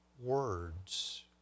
words